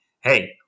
Hey